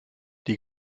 die